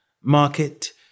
Market